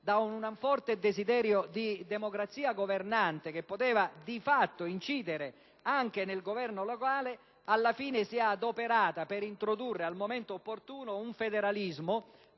da un forte desiderio di democrazia governante che poteva di fatto incidere anche nel governo locale, alla fine si è adoperata per introdurre al momento opportuno un federalismo